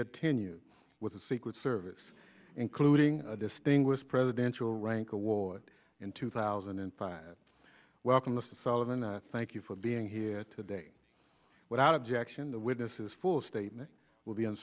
tenure with the secret service including a distinguished presidential rank award in two thousand and five welcome the solvent thank you for being here today without objection the witnesses for statement will be